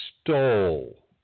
stole